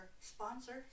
sponsor